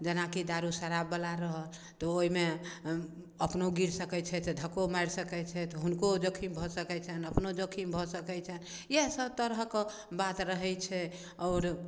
जेनाकि दारू शराब बला रहल तऽ ओहिमे अपनो गिर सकै छथि तऽ धक्को मारि सकै छथि हुनको जोखिम भऽ सकय छनि अपनो जोखिम भऽ सकै छनि इएह सब तरहक बात रहै छै आओर